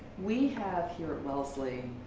we have here at wellesley,